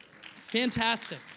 Fantastic